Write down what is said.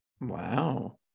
wow